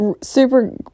super